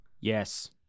Yes